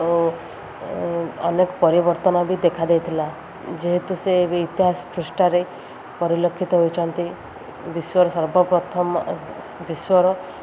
ଓ ଅନେକ ପରିବର୍ତ୍ତନ ବି ଦେଖା ଦେଇଥିଲା ଯେହେତୁ ସେବେ ଇତିହାସ ପୃଷ୍ଠାରେ ପରିଲକ୍ଷିତ ହୋଇଛନ୍ତି ବିଶ୍ୱର ସର୍ବପ୍ରଥମ ବିଶ୍ୱର